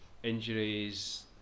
Injuries